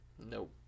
Nope